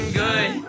good